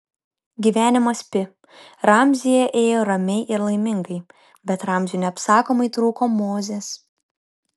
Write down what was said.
gyvenimas pi ramzyje ėjo ramiai ir laimingai bet ramziui neapsakomai trūko mozės